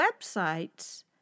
websites